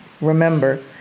remember